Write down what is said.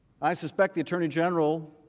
i suspect the attorney general